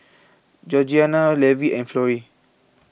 Georgianna Levi and Florrie